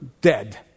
dead